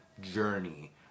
journey